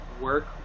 work